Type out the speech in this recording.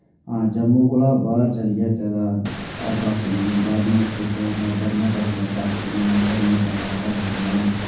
आं जम्मू कोला बाह्र चली जाचै तां बाकी बाह्रलियें स्टेटें बड्डियां बड्डियां फैक्ट्रियां न बड्डियां बड्डियां कम्पनियां न